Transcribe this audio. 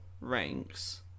ranks